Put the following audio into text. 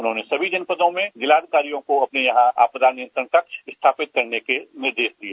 उन्होंने सभी जनपदों में जिलाधिकारियों को अपने यहां आपदा नियंत्रण कक्ष स्थापित करने के निर्देश दिए